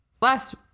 Last